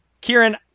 Kieran